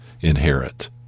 inherit